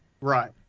Right